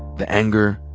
the anger,